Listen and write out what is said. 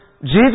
Jesus